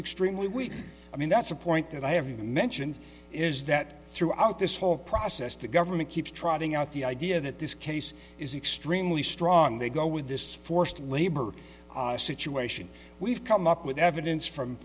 extremely weak i mean that's a point that i have you mentioned is that throughout this whole process the government keeps trotting out the idea that this case is extremely strong they go with this forced labor situation we've come up with evidence from